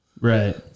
Right